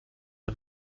and